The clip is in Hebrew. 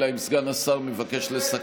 אלא אם כן סגן השר מבקש לסכם.